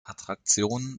attraktionen